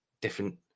different